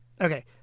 Okay